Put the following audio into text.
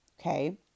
Okay